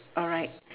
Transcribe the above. alright